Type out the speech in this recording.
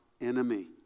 enemy